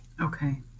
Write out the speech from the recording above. okay